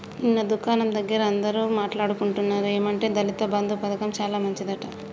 నిన్న దుకాణం దగ్గర అందరూ మాట్లాడుకుంటున్నారు ఏమంటే దళిత బంధు పథకం చాలా మంచిదట